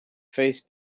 face